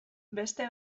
beste